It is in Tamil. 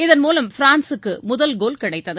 இதன் மூலம் பிரான்சுக்கு முதல் கோல் கிடைத்தது